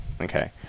Okay